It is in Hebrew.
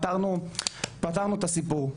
פטרנו את הסיפור,